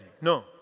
no